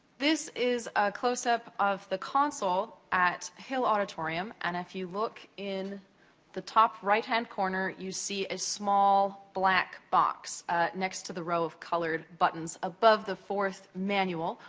this is a closeup of the console at hill auditorium. and if you look in the top right hand corner, you see a small, black box next to the row of colored buttons, above the fourth manual,